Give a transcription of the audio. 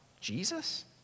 Jesus